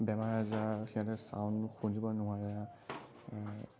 বেমাৰ আজাৰ সিহঁতে চাউণ্ড শুনিব নোৱাৰে